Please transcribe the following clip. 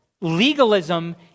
legalism